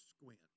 squint